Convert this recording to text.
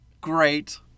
Great